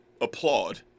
applaud